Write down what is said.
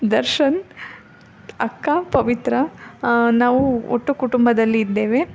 ದರ್ಶನ್ ಅಕ್ಕ ಪವಿತ್ರ ನಾವು ಒಟ್ಟು ಕುಟುಂಬದಲ್ಲಿ ಇದ್ದೇವೆ